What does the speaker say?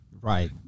Right